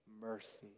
mercy